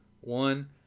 one